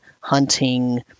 hunting